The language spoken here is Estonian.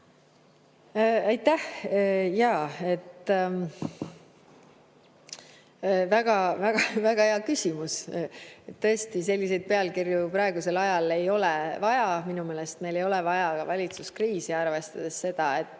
Aitäh! Jaa. Väga hea küsimus! Tõesti, selliseid pealkirju praegusel ajal ei ole vaja. Minu meelest meil ei ole vaja ka valitsuskriise, arvestades seda, et